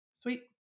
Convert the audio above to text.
Sweet